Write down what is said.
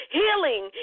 healing